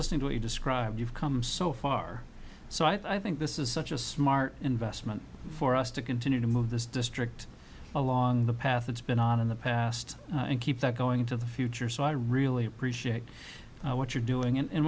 listening to you describe you've come so far so i think this is such a smart investment for us to continue to move this district along the path it's been on in the past and keep that going into the future so i really appreciate what you're doing